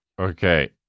Okay